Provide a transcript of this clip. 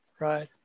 right